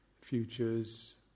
futures